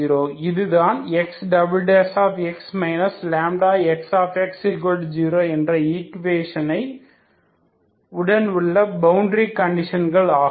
இதுதான் Xx λXx0 என்ற ஈக்குவேஷனை உடன் உள்ள பவுண்டரி கண்டிஷன் ஆகும்